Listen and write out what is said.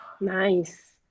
Nice